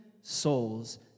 souls